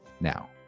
now